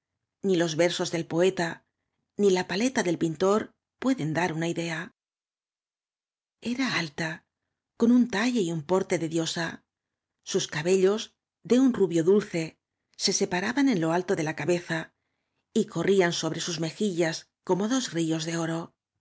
ni los versos del poeta ni la paleta do pintor pueden dar una idea era alta con un talle y un porte de diosa sus cabellos de un ru bio dulce se separaban en lo alto de la cabeza y corrían sobre sus mejillas como dos ríos de or